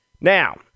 Now